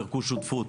פירקו שותפות,